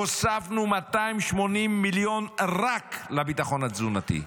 הוספנו 280 מיליון רק לביטחון התזונתי,